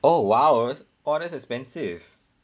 oh !wow! that's oh that's expensive